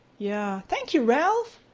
yeah, thank you ralph.